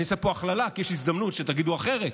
אני עושה פה הכללה, כי יש הזדמנות שתגידו אחרת,